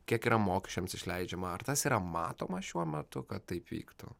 kiek yra mokesčiams išleidžiama ar tas yra matoma šiuo metu kad taip vyktų